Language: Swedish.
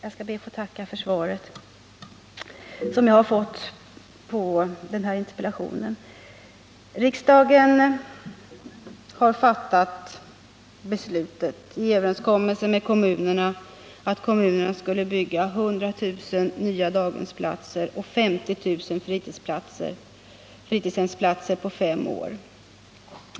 Herr talman! Jag skall be att få tacka för svaret på min interpellation. Riksdagen har fattat beslutet, i överenskommelse med kommunerna, att kommunerna skulle bygga 100 000 nya daghemsplatser och 50 000 fritidshemsplatser på fem år.